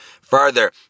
Further